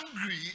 angry